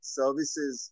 services